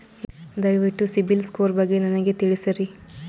ದಯವಿಟ್ಟು ಸಿಬಿಲ್ ಸ್ಕೋರ್ ಬಗ್ಗೆ ನನಗ ತಿಳಸರಿ?